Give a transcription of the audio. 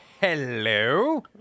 hello